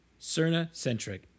cernacentric